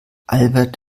albert